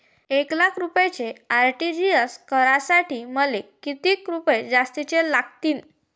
एक लाखाचे आर.टी.जी.एस करासाठी मले कितीक रुपये जास्तीचे लागतीनं?